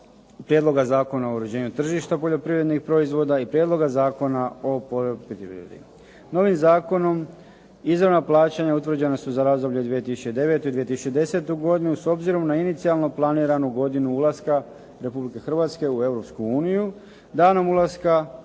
Prijedloga zakona o uređenju tržišta poljoprivrednih proizvoda i Prijedloga zakona o poljoprivredi. Novim zakonom izravna plaćanja utvrđena su za razdoblje 2009. i 2010. godinu s obzirom na inicijalno planiranu godinu ulaska Republike Hrvatske u Europsku